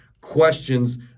questions